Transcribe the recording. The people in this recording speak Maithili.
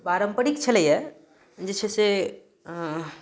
पारम्परिक छलैय जे छै से